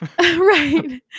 Right